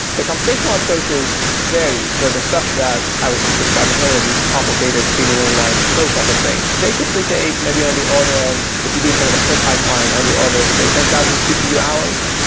the computational approaches vary. so the stuff that i was just describing earlier, these complicated three million lines of code type of things, they typically take maybe on the order of if you're doing kind of the full pipeline on the order of, say, ten cpu hours.